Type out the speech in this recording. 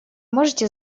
можете